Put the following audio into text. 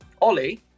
Ollie